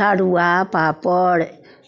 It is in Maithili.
तरुआ पापड़